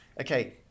Okay